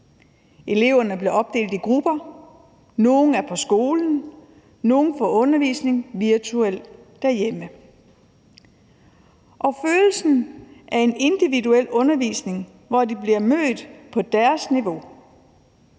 Eleverne bliver opdelt i grupper, nogle er på skolen, nogle får undervisning virtuelt derhjemme, og de har følelsen af en individuel undervisning, hvor de bliver mødt på deres niveau.